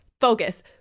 focus